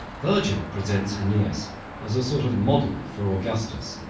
virgil presents aeneas as a sort of model for augustus,